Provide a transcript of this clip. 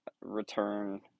return